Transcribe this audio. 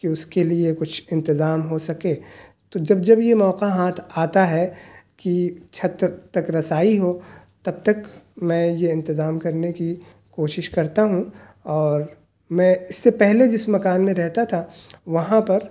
کہ اس کے لیے کچھ انتظام ہو سکے تو جب جب یہ موقع ہاتھ آتا ہے کہ چھت تک تک رسائی ہو تب تک میں یہ انتظام کرنے کی کوشش کرتا ہوں اور میں اس سے پہلے جس مکان میں رہتا تھا وہاں پر